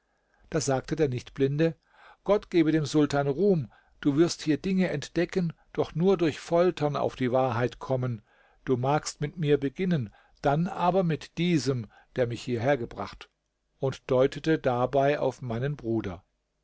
da sagte der nichtblinde gott gebe dem sultan ruhm du wirst hier dinge entdecken doch nur durch foltern auf die wahrheit kommen du magst mit mir beginnen dann aber mit diesem der mich hierher gebracht und deutete dabei auf meinen bruder